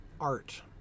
art